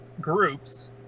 groups